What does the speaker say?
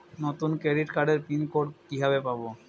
নতুন ক্রেডিট কার্ডের pin code কিভাবে পাব?